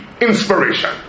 inspiration